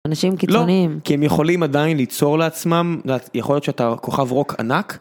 אנשים קיצוניים.. לא. כי הם יכולים עדיין ליצור לעצמם יכול להיות שאתה כוכב רוק ענק.